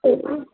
हो का